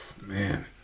man